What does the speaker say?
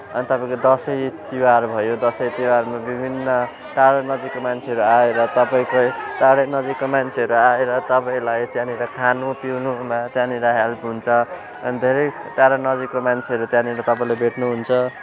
अनि तपाईँको दसैँ तिहार भयो दसैँ तिहारमा विभिन्न टाढो नजिकको मान्छेहरू आएर तपाईँकै टाढो नजिकको मान्छेहरू आएर तपाईँलाई त्यहाँनिर खानु पिउनु न त्यहाँनिर हेल्प हुन्छ अनि धेरै टाढा नजिकको मान्छेहरू त्यहाँनिर तपाईँले भेट्नुहुन्छ